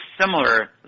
similar